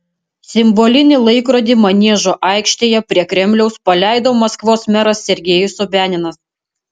simbolinį laikrodį maniežo aikštėje prie kremliaus paleido maskvos meras sergejus sobianinas